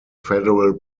federal